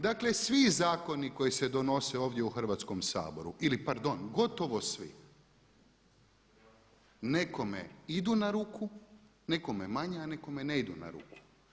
Dakle svi zakoni koji se donose ovdje u Hrvatskom saboru ili pardon, gotovo svi, nekome idu na ruku, nekome manje, a nekome ne idu na ruku.